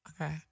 Okay